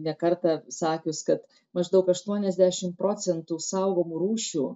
ne kartą sakius kad maždaug aštuoniasdešimt procentų saugomų rūšių